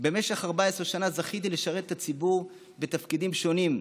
במשך 14 שנה זכיתי לשרת את הציבור בתפקידים שונים.